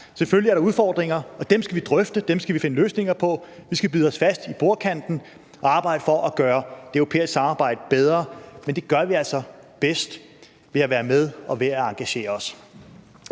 selvfølgelig er der udfordringer, og dem skal vi drøfte, dem skal vi finde løsninger på. Vi skal bide os fast i bordkanten og arbejde for at gøre det europæiske samarbejde bedre, men det gør vi altså bedst ved at være med og ved at engagere os.